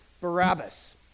Barabbas